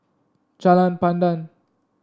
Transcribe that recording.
Jalan Pandan